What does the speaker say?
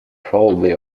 probably